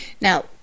Now